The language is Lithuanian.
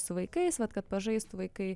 su vaikais vat kad pažaistų vaikai